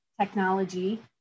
technology